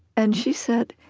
and she said,